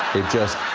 it just